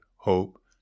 hope